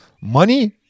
Money